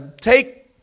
Take